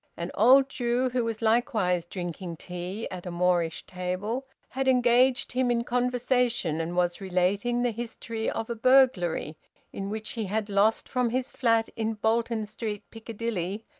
an old jew, who was likewise drinking tea at a moorish table, had engaged him in conversation and was relating the history of a burglary in which he had lost from his flat in bolton street, piccadilly,